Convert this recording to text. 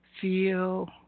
feel